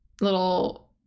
little